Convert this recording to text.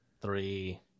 Three